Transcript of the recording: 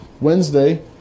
Wednesday